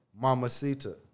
Mamacita